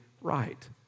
right